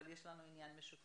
אבל יש לנו עניין משותף,